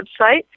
website